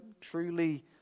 truly